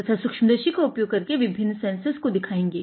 तथा सूक्ष्मदर्शी का उपयोग करके विभिन्न सेन्सर्स को दिखायेंगे